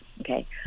Okay